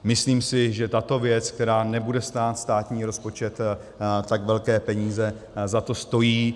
Myslím si, že tato věc, která nebude stát státní rozpočet tak velké peníze, za to stojí.